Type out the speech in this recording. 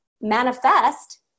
manifest